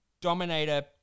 Dominator